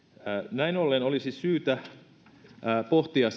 näin ollen olisi syytä pohtia